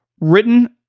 written